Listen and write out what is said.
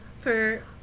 for-